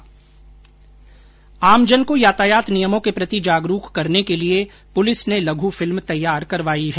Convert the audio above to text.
आमजन को यातायात नियमों के प्रति जागरूक करने के लिए पुलिस ने लघु फिल्म तैयार करवाई है